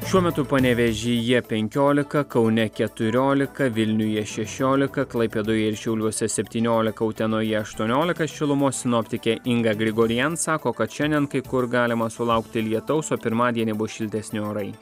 šiuo metu panevėžyje penkiolika kaune keturiolika vilniuje šešiolika klaipėdoje ir šiauliuose septyniolika utenoje aštuoniolika šilumos sinoptikė inga grigorian sako kad šiandien kai kur galima sulaukti lietaus o pirmadienį bus šiltesni orai